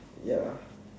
ya